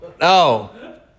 No